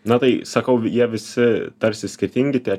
na tai sakau jie visi tarsi skirtingi tie